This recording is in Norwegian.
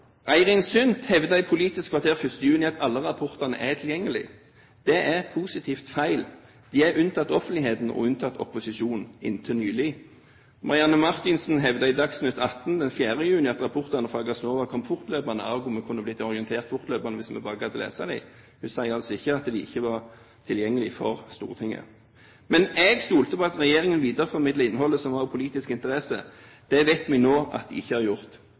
Eirin Kristin Sund hevdet i Politisk kvarter den 1. juni at alle rapportene er tilgjengelige. Det er positivt feil. De er inntil nylig unntatt offentligheten og unntatt opposisjonen. Marianne Marthinsen hevdet i Dagsnytt 18 den 4. juni at rapportene fra Gassnova kom fortløpende, ergo kunne vi bli orientert fortløpende hvis vi bare gadd å lese dem. Hun sier altså ikke at de ikke var tilgjengelige for Stortinget. Men jeg stolte på at regjeringen videreformidlet innholdet som var av politisk interesse. Det vet vi nå at den ikke har gjort.